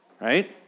right